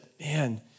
man